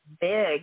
big